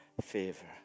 favor